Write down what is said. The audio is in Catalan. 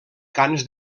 cants